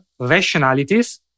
rationalities